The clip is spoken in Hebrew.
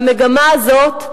המגמה הזאת,